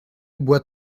boit